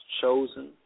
chosen